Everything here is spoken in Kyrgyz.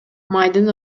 майдын